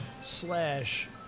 Slash